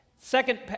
Second